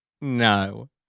No